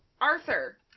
arthur